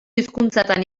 hizkuntzatan